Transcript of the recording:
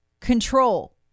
control